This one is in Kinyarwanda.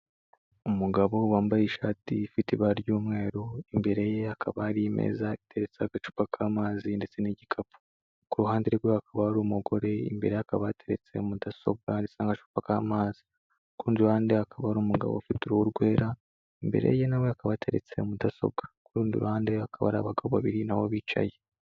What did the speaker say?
Umugabo wambaye ishati ifite ibara ry'umweru, imbere ye hakaba hari imeza iteretseho agacupa k'amazi ndetse n'igikapu, ku ruhande rwe hakaba hari umugore imbere ye hakaba hateretse mudasobwa ndetse n'agacupa k'amazi, ku rundi ruhande hakaba hari umugabo ufite uruhu rwera, imbere ye na we hakaba hateretse mudasobwa, ku kurundi ruhande hakaba hari abagabo babiri na bo bicaye.